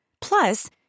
Plus